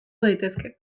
daitezke